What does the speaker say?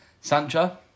Sancho